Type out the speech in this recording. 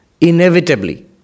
Inevitably